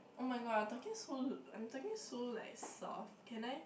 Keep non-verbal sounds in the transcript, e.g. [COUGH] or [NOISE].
oh my god I'm talking so [NOISE] I'm talking so like soft can I